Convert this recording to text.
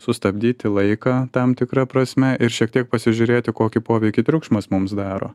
sustabdyti laiką tam tikra prasme ir šiek tiek pasižiūrėti kokį poveikį triukšmas mums daro